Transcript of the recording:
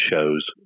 shows